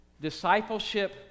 Discipleship